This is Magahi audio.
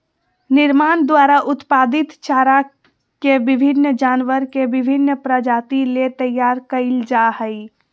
निर्माण द्वारा उत्पादित चारा के विभिन्न जानवर के विभिन्न प्रजाति ले तैयार कइल जा हइ